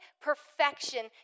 perfection